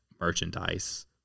merchandise